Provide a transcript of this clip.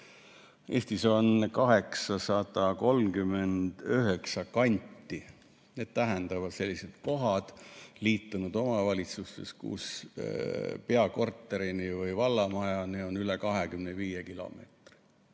Eestis on 839 kanti, st selliseid kohti liitunud omavalitsustes, kus peakorterini või vallamajani on üle 25 kilomeetri.